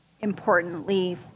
importantly